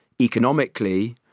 economically